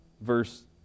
verse